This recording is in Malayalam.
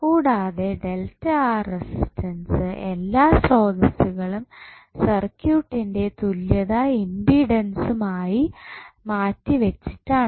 കൂടാതെ റെസിസ്റ്റൻസ് എല്ലാ സ്രോതസ്സുകളും സർക്യൂട്ടിന്റെ തുല്യത ഇമ്പിഡൻസും ആയിട്ട് മാറ്റി വെച്ചിട്ടാണ്